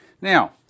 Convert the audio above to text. Now